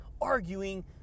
arguing